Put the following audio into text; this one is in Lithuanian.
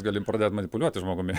gali pradėt manipuliuoti žmogumi